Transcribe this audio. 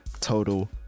total